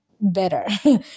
better